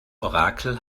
orakel